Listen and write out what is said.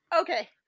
okay